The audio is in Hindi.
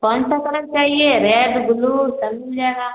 कौन सा कलर चाहिए रेड बुलू सब मिल जाएगा